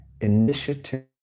initiative